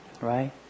right